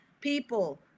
people